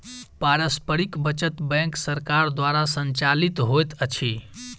पारस्परिक बचत बैंक सरकार द्वारा संचालित होइत अछि